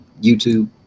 YouTube